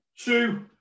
two